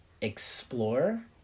explore